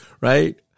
right